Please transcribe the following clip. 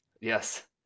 Yes